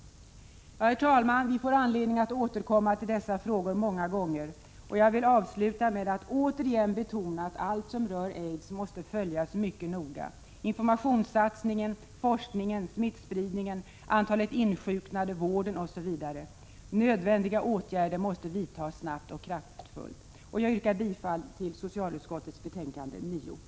Herr talman! Vi får anledning att återkomma till dessa frågor många gånger. Jag vill sluta mitt anförande med att åter betona att allt som rör aids måste följas mycket noga — informationssatsningen, forskningen, smittspridningen, antalet insjuknade, vården osv. Nödvändiga åtgärder måste vidtas snabbt och kraftfullt. Jag yrkar bifall till socialutskottets hemställan i dess betänkande 9.